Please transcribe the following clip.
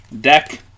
deck